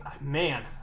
man